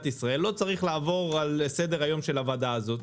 ישראל זה דבר שלא יכול לרדת מסדר היום של הוועדה הזאת.